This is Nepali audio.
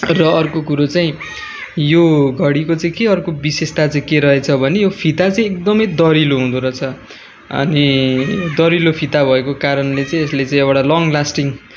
र अर्को कुरो चाहिँ यो घडीको चाहिँ के अर्को विशेषता चाहिँ के रहेछ भने यो फिता चाहिँ एकदमै दरिलो हुँदो रहेछ अनि दरिलो फिता भएको कारणले चाहिँ यसले चाहिँ एउटा लङ्ग लास्टिङ